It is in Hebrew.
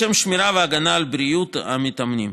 לשם שמירה והגנה על בריאות המתאמנים